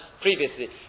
previously